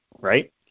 right